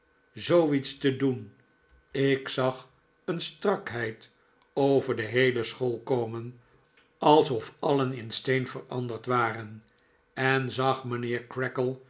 zooiets te doen ik zag een strakheid over de heele school komen alsof alien in steen veranderd waren en zag mijnheer